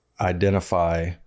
identify